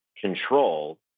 control